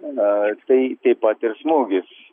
na tai taip pat ir smūgis